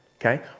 okay